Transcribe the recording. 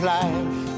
life